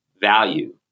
value